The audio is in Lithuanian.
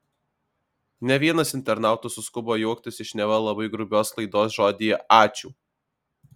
ne vienas internautas suskubo juoktis iš neva labai grubios klaidos žodyje ačiū